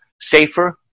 safer